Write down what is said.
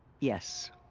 yes.